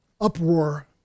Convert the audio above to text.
uproar